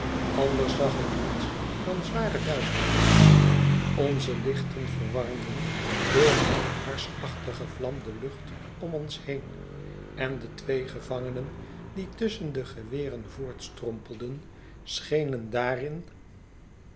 anders zag ik niets dan zware duisternis onze lichten verwarmden door hunne harsachtige vlam de lucht om ons heen en de twee gevangenen die tusschen de geweren voortstrompelden schenen daarin